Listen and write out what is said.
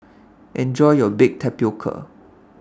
Enjoy your Baked Tapioca